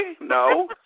No